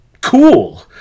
cool